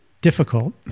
difficult